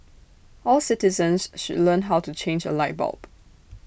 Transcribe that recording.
all citizens should learn how to change A light bulb